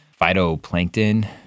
Phytoplankton